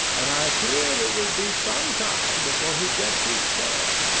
and i fear it will be some time before he gets his fare.